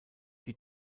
die